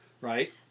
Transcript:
Right